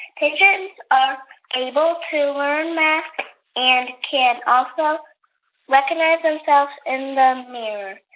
pigeons are able to learn math and can also recognize themselves in the mirror.